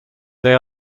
they